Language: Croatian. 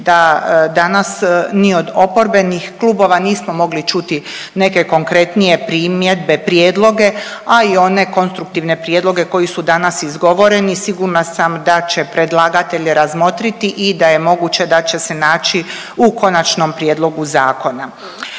da danas ni od oporbenih klubova nismo mogli čuti neke konkretnije primjedbe, prijedloge, a i one konstruktivne prijedloge koji su danas izgovoreni sigurna sam da će predlagatelj razmotriti i da je moguće da će se naći u konačnom prijedlogu zakona.